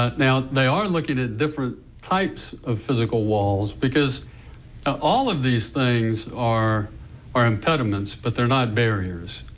ah now they are looking at different types of physical walls. because all of these things are are impediments but they are not barriers.